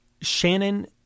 Shannon